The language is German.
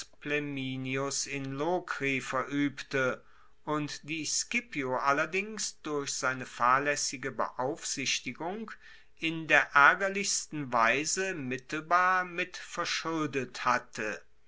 in lokri veruebte und die scipio allerdings durch seine fahrlaessige beaufsichtigung in der aergerlichsten weise mittelbar mit verschuldet hatte